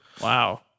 Wow